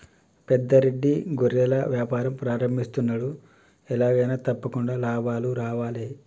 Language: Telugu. పెద్ద రెడ్డి గొర్రెల వ్యాపారం ప్రారంభిస్తున్నాడు, ఎలాగైనా తప్పకుండా లాభాలు రావాలే